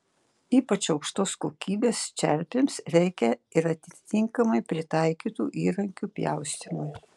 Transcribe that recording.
ypač aukštos kokybės čerpėms reikia ir atitinkamai pritaikytų įrankių pjaustymui